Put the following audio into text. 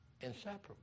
inseparable